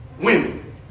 women